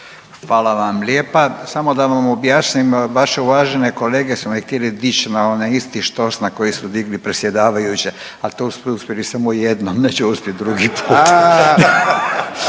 Hvala vam lijepa. Samo da vam objasnim vaše uvažene kolege su me htjele dići na onaj isti štos na koji su digli predsjedavajuće, a to su uspjeli samo jednom, neće uspjeti drugi